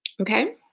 Okay